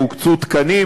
והוקצו תקנים,